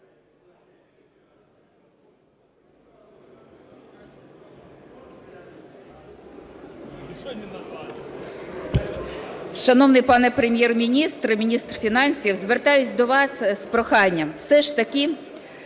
Шановний пане Прем'єр-міністр і міністр фінансів, звертаюся до вас з проханням.